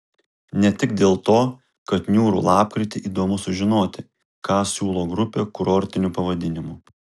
ne tik dėl to kad niūrų lapkritį įdomu sužinoti ką siūlo grupė kurortiniu pavadinimu